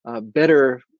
better